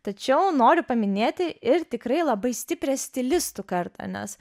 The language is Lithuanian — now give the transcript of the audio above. tačiau noriu paminėti ir tikrai labai stiprią stilistų kartą nes